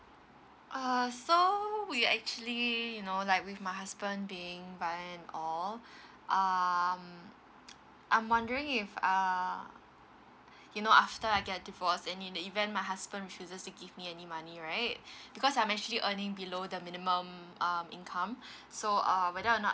err so we actually you know like with my husband being violent and all um I'm wondering if err you know after I get a divorce and in the event my husband refuses to give me any money right because I'm actually earning below the minimum um income so uh whether or not